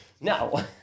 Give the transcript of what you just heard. No